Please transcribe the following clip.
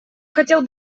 хотел